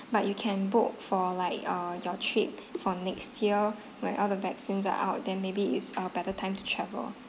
but you can book for like uh your trip for next year when all the vaccines are out then maybe it's a better time to travel